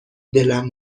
دلم